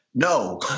No